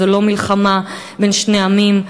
זו לא מלחמה בין שני עמים.